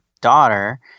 daughter